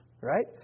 right